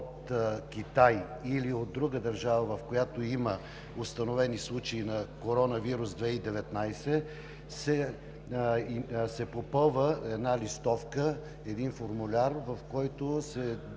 Китай или от друга държава, в която има установени случаи на коронавирус 2019, се попълва една листовка, един формуляр, в който се дават